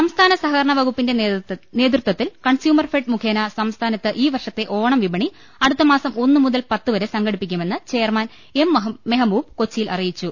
സംസ്ഥാന സഹകരണവകുപ്പിന്റെ നേതൃത്വത്തിൽ കൺസ്യൂ മർ ഫെഡ് മുഖേന സംസ്ഥാനത്ത് ഈ വർഷത്തെ ഓണം വിപണി അടുത്തമാസം ഒന്നു മുതൽ പത്തുവരെ സംഘടിപ്പിക്കുമെന്ന് ചെയർമാൻ എം മെഹബൂബ് കൊച്ചിയിൽ അറിയിച്ചു